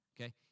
Okay